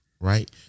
Right